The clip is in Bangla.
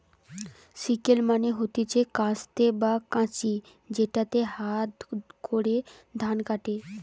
সিকেল মানে হতিছে কাস্তে বা কাঁচি যেটাতে হাতে করে ধান কাটে